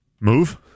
Move